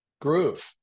groove